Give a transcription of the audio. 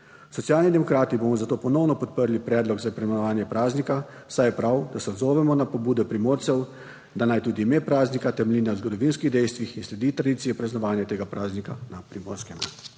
Socialni demokrati bomo zato ponovno podprli predlog za preimenovanje praznika, saj je prav, da se odzovemo na pobudo Primorcev, da naj tudi ime praznika temelji na zgodovinskih dejstvih in sledi tradiciji praznovanja tega praznika na Primorskem.